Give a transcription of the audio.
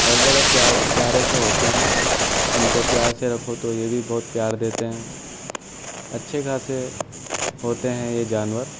اور بڑے پیار پیارے سے ہوتے ہیں اُن کو پیار سے رکھو تو یہ بھی بہت پیار دیتے ہیں اچھے خاصے ہوتے ہیں یہ جانور